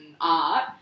art